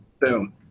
boom